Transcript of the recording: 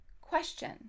question